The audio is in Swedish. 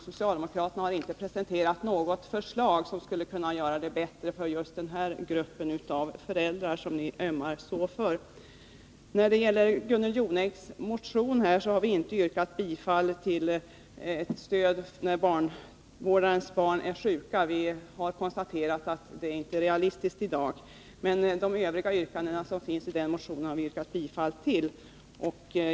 Socialdemokraterna har inte presenterat något förslag som skulle kunna göra det bättre för just den här gruppen av föräldrar, som ni så ömmar för. Beträffande Gunnel Jonängs motion 320 har vi inte yrkat bifall till förslag om föräldrapenning när vårdares barn är sjuka. Vi har konstaterat att det inte är realistiskt i dag. Men de övriga yrkanden som finns i motionen har vi yrkat bifall till.